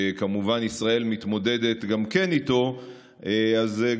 וכמובן ישראל מתמודדת איתו גם כן,